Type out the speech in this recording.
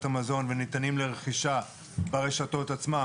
המזון וניתנים לרכישה ברשתות עצמן,